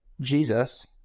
Jesus